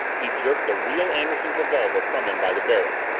he jerked the real anderson's revolver from him by the barrel,